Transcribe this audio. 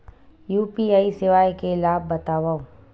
UPI सेवाएं के लाभ बतावव?